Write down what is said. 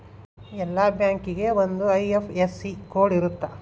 ಎಲ್ಲಾ ಬ್ಯಾಂಕಿಗೆ ಒಂದ್ ಐ.ಎಫ್.ಎಸ್.ಸಿ ಕೋಡ್ ಇರುತ್ತ